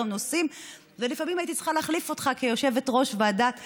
נושאים ולפעמים הייתי צריכה להחליף אותך כיושבת-ראש ועדת העבודה,